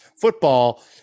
football